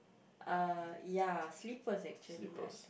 uh ya slippers actually I think